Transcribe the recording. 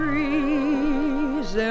Trees